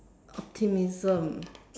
optimism